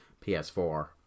ps4